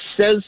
says